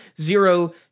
zero